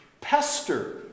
pester